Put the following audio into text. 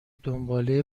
دنباله